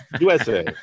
USA